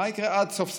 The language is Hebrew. מה יקרה עד סוף ספטמבר?